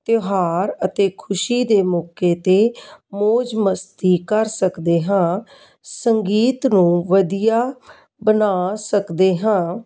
ਤਿਉਹਾਰ ਅਤੇ ਖੁਸ਼ੀ ਦੇ ਮੌਕੇ 'ਤੇ ਮੌਜ ਮਸਤੀ ਕਰ ਸਕਦੇ ਹਾਂ ਸੰਗੀਤ ਨੂੰ ਵਧੀਆ ਬਣਾ ਸਕਦੇ ਹਾਂ